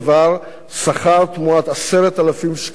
שכר תמורת 10,000 שקלים משפחה,